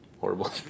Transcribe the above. horrible